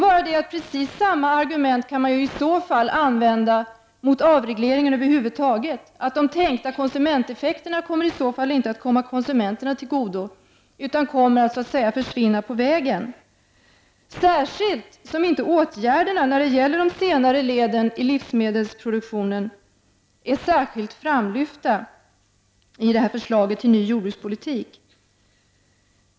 Men precis samma argument kan man i så fall använda mot avregleringen över huvud taget, nämligen att de tänkta konsumenteffekterna inte kommer konsumenterna till godo utan kommer att försvinna på vägen, särskilt som inte åtgärderna när det gäller de senare leden i livsmedelsproduktionen är särskilt framlyfta i förslaget till ny jordbrukspolitik.